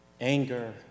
Anger